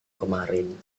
kemarin